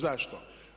Zašto?